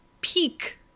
peak